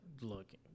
look